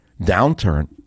downturn